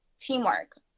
teamwork